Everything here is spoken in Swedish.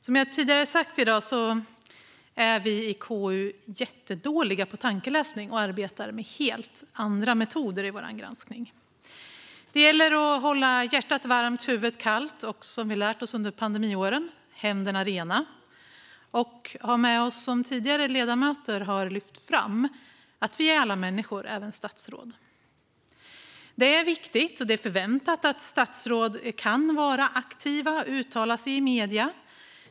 Som jag har sagt tidigare i dag är vi i KU jättedåliga på tankeläsning. Vi arbetar med helt andra metoder i vår granskning. Det gäller att hålla hjärtat varmt, huvudet kallt och, som vi har lärt oss under pandemiåren, händerna rena och att ha med oss det som andra ledamöter tidigare har lyft fram: Vi är alla människor - även statsråd är det. Det är viktigt och förväntat att statsråd kan vara aktiva och uttala sig i medier.